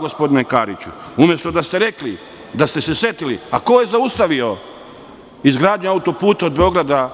Gospodine Kariću, umesto da ste rekli, da ste se setili ko je zaustavio izgradnju auto-puta od Beograda